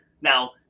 Now